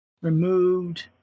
removed